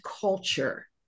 culture